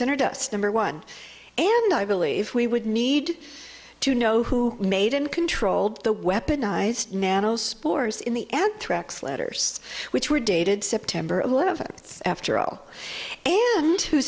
center dust number one and i believe we would need to know who made and controlled the weaponized nano spores in the anthrax letters which were dated september eleventh after all